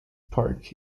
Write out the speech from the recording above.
park